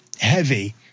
heavy